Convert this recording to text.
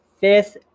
fifth